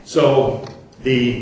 so the